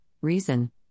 Reason